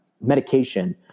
medication